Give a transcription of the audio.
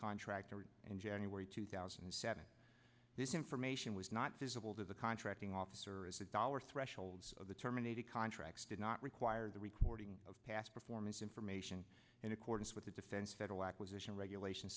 contract and january two thousand and seven this information was not visible to the contracting officer as the dollar thresholds of the terminated contracts did not require the recording of past performance information in accordance with the defense federal acquisition regulation